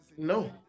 No